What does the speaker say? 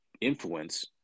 influence